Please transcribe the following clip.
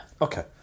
Okay